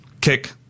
kick